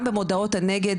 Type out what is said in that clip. גם במודעות הנגד,